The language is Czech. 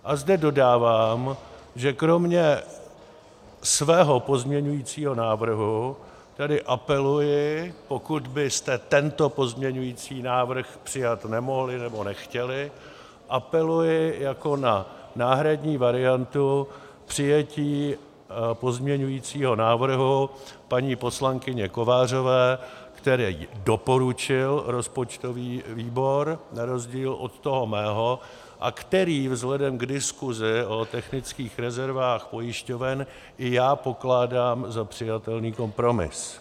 A zde dodávám, že kromě svého pozměňovacího návrhu tedy apeluji, pokud byste tento pozměňovací návrh přijmout nemohli nebo nechtěli, apeluji jako na náhradní variantu přijetí pozměňovacího návrhu poslankyně Kovářové, který doporučil rozpočtový výbor na rozdíl od toho mého a který vzhledem k diskusi o technických rezervách pojišťoven i já pokládám za přijatelný kompromis.